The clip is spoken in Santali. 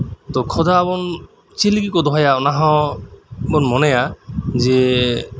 ᱛᱚ ᱠᱷᱚᱫᱟᱵᱩᱱ ᱪᱮᱫ ᱞᱟᱹᱜᱤᱫ ᱠᱩ ᱫᱚᱦᱚᱭᱟ ᱚᱱᱟᱦᱚᱸ ᱵᱩᱱ ᱢᱚᱱᱮᱭᱟ ᱡᱮ